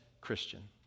Christian